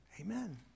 Amen